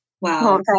Wow